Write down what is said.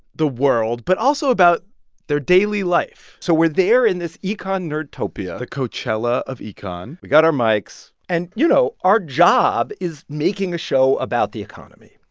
the world, but also about their daily life so we're there in this econ nerdtopia the coachella of econ we got our mics. and, you know, our job is making a show about the economy.